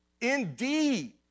Indeed